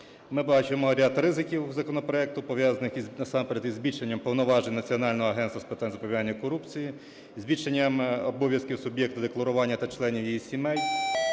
Ми бачимо ряд ризиків законопроекту, пов'язаних насамперед із збільшенням повноважень Національного агентства з питань запобігання корупції, збільшенням обов'язків суб'єкта декларування та членів його сімей,